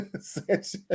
Sanchez